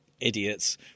idiots